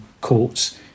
courts